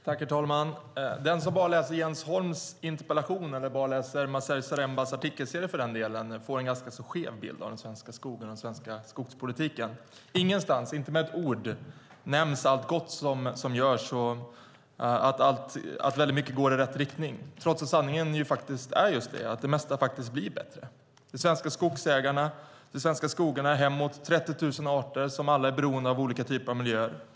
Herr talman! Den som bara läser Jens Holms interpellation, eller bara läser Maciej Zarembas artikelserie för den delen, får en ganska skev bild av den svenska skogen och den svenska skogspolitiken. Ingenstans, inte med ett ord, nämns allt gott som görs och att mycket går i rätt riktning, trots att sanningen är just den att det mesta faktiskt blir bättre. De svenska skogsägarna och de svenska skogarna med uppemot 30 000 arter är alla beroende av olika typer av miljöer.